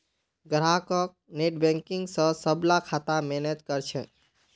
ग्राहक नेटबैंकिंग स सबला खाता मैनेज कर छेक